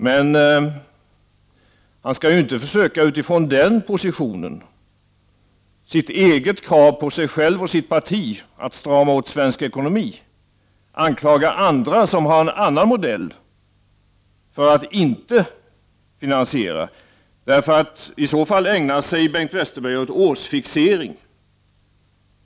Men man skall inte utifrån den positionen — sitt krav på sig själv och sitt parti att strama åt svensk ekonomi — anklaga andra, som har en annan modell, för att inte finansiera, för i så fall ägnar sig Bengt Westerberg åt årsfixering.